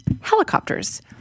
helicopters